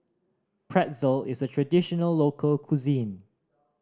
pretzel is a traditional local cuisine